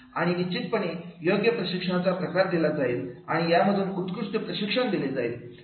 आणि आणि निश्चितपणे योग्य प्रशिक्षणाचा प्रकार दिला जाईल आणि यामधून उत्कृष्ट प्रशिक्षण दिले जाईल